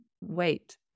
wait